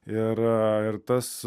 ir ir tas